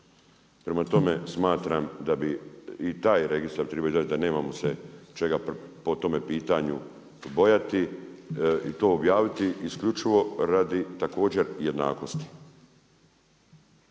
Prema tome, smatram da bi i taj registar trebao izaći, da nemamo se čega po tome pitanju bojati i to objaviti, isključivo radi također jednakosti.